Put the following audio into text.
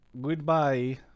Goodbye